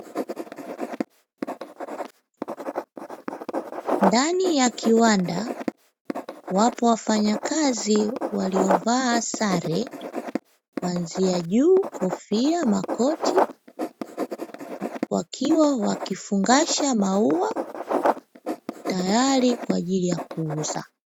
Ndani ya kiwanda wapo wafanyakazi walio vaa sare, kwanzia juu kofia, makoti, wakiwa wakifungasha mauwa tayari kwajili ya kuuza.